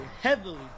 heavily